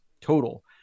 total